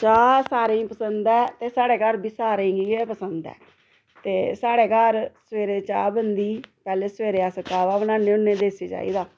चाह् सारें गी पसंद ऐ ते साढ़े घर बी सारें गी पसंद ऐ ते साढ़े घर सबेरे चाह् बनदी पैह्ले सबेरे अस काह्वा बनाने होन्ने देसी चाही दा